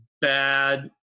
bad